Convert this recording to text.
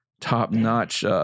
top-notch